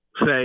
say